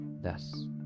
Thus